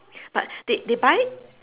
but they they buy